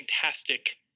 fantastic